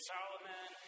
Solomon